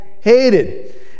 hated